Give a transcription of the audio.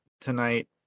tonight